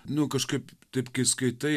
nu kažkaip taip kai skaitai